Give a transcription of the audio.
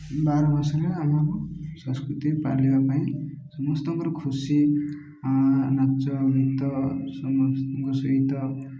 ବାର ମାସରେ ଆମ ସଂସ୍କୃତି ପାଳିବା ପାଇଁ ସମସ୍ତଙ୍କର ଖୁସି ନାଚ ଗୀତ ସମସ୍ତଙ୍କ ସହିତ